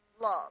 love